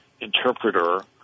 interpreter